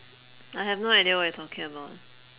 I have no idea what you're talking about